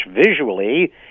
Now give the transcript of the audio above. visually